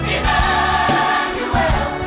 Emmanuel